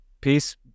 peace